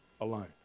alone